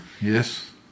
yes